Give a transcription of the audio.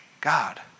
God